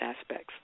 aspects